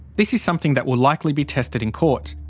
this is something that will likely be tested in court.